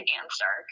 answer